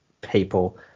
people